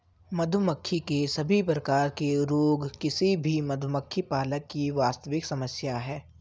मधुमक्खी के सभी प्रकार के रोग किसी भी मधुमक्खी पालक की वास्तविक समस्या है